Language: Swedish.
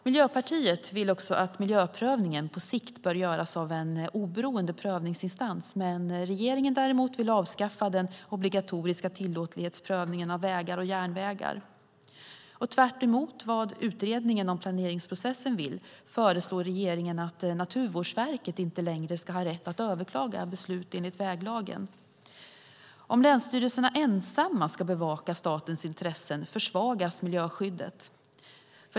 Miljöpartiet anser också att miljöprövningen på sikt bör göras av en oberoende prövningsinstans. Regeringen däremot vill avskaffa den obligatoriska tillåtlighetsprövningen av vägar och järnvägar. Tvärtemot vad utredningen om planeringsprocessen vill föreslår regeringen att Naturvårdsverket inte längre ska ha rätt att överklaga beslut enligt väglagen. Om länsstyrelserna ensamma ska bevaka statens intressen försvagas miljöskyddet.